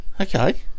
Okay